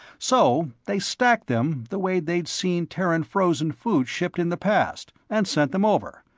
so they stacked them the way they'd seen terran frozen foods shipped in the past, and sent them over.